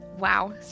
Wow